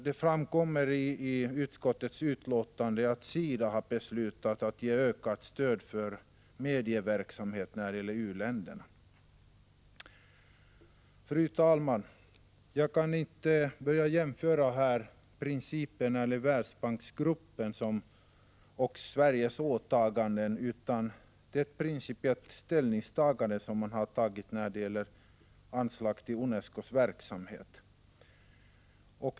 Det framgår av utskottets betänkande att SIDA har beslutat ge ökat stöd för medieverksamhet när det gäller u-länderna. Fru talman! Jag kan inte här börja jämföra principer när det gäller Världsbanksgruppen och Sveriges åtaganden. Det är ett principiellt ställningstagande som man har gjort när det gäller anslag till UNESCO:s verksamhet.